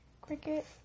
Cricket